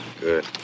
Good